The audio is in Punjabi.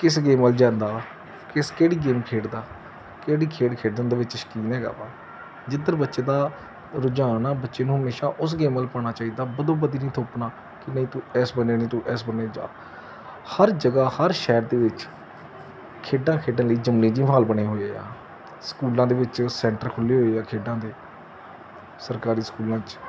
ਕਿਸ ਗੇਮ ਵੱਲ ਜਾਂਦਾ ਵਾ ਕਿਸ ਕਿਹੜੀ ਗੇਮ ਖੇਡਦਾ ਕਿਹੜੀ ਖੇਡ ਖੇਡਣ ਦੇ ਵਿੱਚ ਸ਼ੌਕੀਨ ਹੈਗਾ ਵਾ ਜਿੱਧਰ ਬੱਚੇ ਦਾ ਰੁਝਾਨ ਆ ਬੱਚੇ ਨੂੰ ਹਮੇਸ਼ਾ ਉਸ ਗੇਮ ਵੱਲ ਪਾਉਣਾ ਚਾਹੀਦਾ ਬਧੋ ਬਧੀ ਨਹੀਂ ਥੋਪਣਾ ਕਿ ਨਹੀਂ ਤੂੰ ਇਸ ਬੰਨੇ ਨਹੀਂ ਤੂੰ ਇਸ ਬੰਨੇ ਜਾ ਹਰ ਜਗ੍ਹਾ ਹਰ ਸ਼ਹਿਰ ਦੇ ਵਿੱਚ ਖੇਡਾਂ ਖੇਡਣ ਲਈ ਜਮਨਿਜਮ ਹਾਲ ਬਣੇ ਹੋਏ ਆ ਸਕੂਲਾਂ ਦੇ ਵਿਚ ਸੈਂਟਰ ਖੁਲ੍ਹੇ ਹੋਏ ਆ ਖੇਡਾਂ ਦੇ ਸਰਕਾਰੀ ਸਕੂਲਾਂ 'ਚ